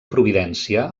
providència